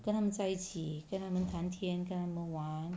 跟他们在一起跟他们谈天跟他们玩